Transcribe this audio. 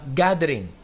gathering